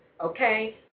Okay